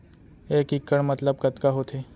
एक इक्कड़ मतलब कतका होथे?